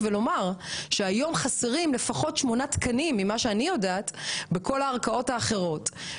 היום חסרים לפחות שמונה תקנים בכל הערכאות האחרות.